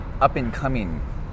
up-and-coming